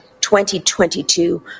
2022